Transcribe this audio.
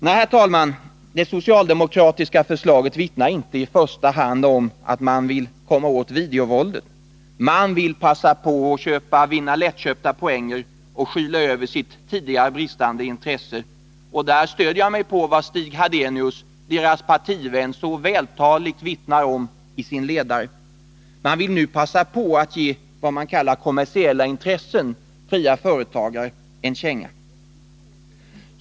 Nej, herr talman, det socialdemokratiska förslaget vittnar inte i första hand om att man vill komma åt videovåldet. Man vill passa på att vinna lättköpta poänger och skyla över sitt tidigare bristande intresse. Där stöder jag mig på vad Stig Hadenius — deras partivän — så vältaligt vittnar om i sin ledare. Man vill nu passa på att ge vad man kallar kommersiella intressen, fria företagare, en känga.